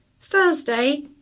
Thursday